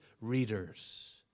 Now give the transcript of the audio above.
readers